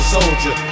soldier